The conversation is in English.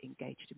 engaged